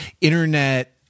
internet